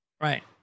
Right